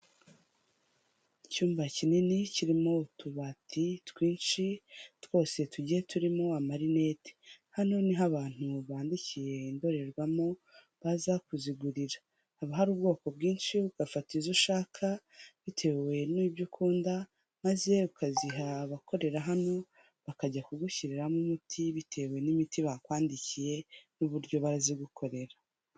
Icyumba kinini kirimo utubati twinshi twose tugiye turimo amarinete, hano niho abantu bandikiwe indorerwamo baza kuzigurira, haba hari ubwoko bwinshi, ugafata ibyo ushaka bitewe n'ibyo ukunda maze ukaziha abakorera hano, bakajya kugushyiriramo umuti bitewe n'imiti bakwandikiye n'uburyo barazigukorera.